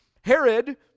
Herod